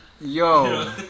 Yo